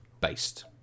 based